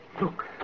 Look